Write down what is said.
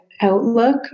outlook